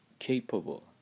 capable